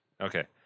Okay